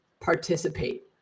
participate